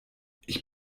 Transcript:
ich